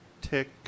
Tick